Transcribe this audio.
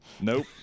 Nope